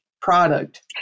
product